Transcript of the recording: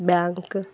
bank